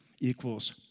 equals